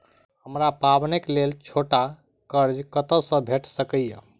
हमरा पाबैनक लेल छोट कर्ज कतऽ सँ भेटि सकैये?